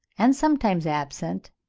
and sometimes absent,